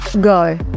go